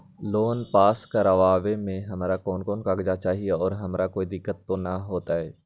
Loan pass करवावे में हमरा कौन कौन कागजात चाही और हमरा कोई दिक्कत त ना होतई?